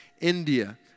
India